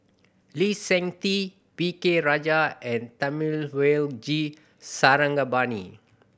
Lee Seng Tee V K Rajah and Thamizhavel G Sarangapani